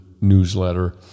newsletter